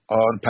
on